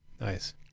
Nice